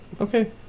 Okay